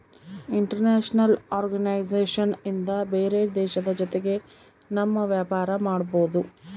international organisation ಇಂದ ಬೇರೆ ದೇಶದ ಜೊತೆಗೆ ನಮ್ ವ್ಯಾಪಾರ ಮಾಡ್ಬೋದು